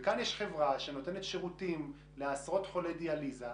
כאן יש חברה שנותנת שירותים לעשרות חולי דיאליזה.